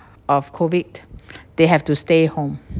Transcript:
of COVID they have to stay home